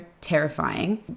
terrifying